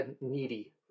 needy